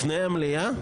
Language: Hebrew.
לפני המליאה?